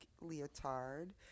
leotard